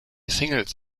singles